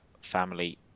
Family